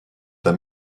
der